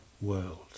world